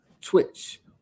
Twitch